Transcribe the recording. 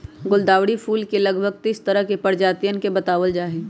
गुलदावरी फूल के लगभग तीस तरह के प्रजातियन के बतलावल जाहई